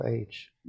age